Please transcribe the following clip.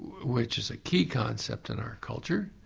which is a key concept in our culture,